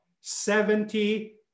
Seventy